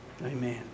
Amen